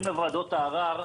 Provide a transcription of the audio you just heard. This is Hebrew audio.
אנחנו מגיעים לוועדות הערר,